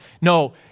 No